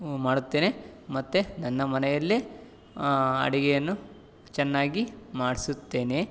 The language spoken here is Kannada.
ಮಾಡುತ್ತೇನೆ ಮತ್ತು ನನ್ನ ಮನೆಯಲ್ಲೇ ಅಡುಗೆಯನ್ನು ಚೆನ್ನಾಗಿ ಮಾಡಿಸುತ್ತೇನೆ